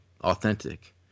authentic